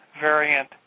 variant